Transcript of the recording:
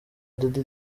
dady